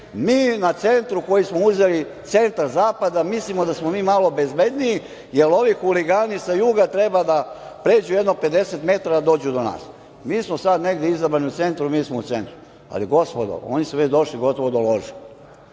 mi na centru koji smo uzeli centar zapada mislimo da smo mi malo bezbedniji, jer ovi huligani sa juga treba da pređu jedno 50 metara i da dođu do nas. Mi smo sada negde izabrani u centru i mi smo u centru. Gospodo, oni su već došli gotovo do lože,